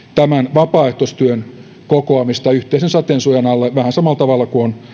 vapaaehtoistyön kokoamista yhteisen sateensuojan alle vähän samalla tavalla kuin on